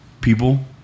People